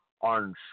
on